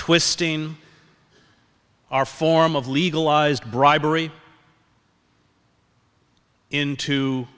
twisting our form of legalized bribery into